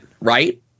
Right